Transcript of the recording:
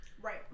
Right